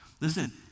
Listen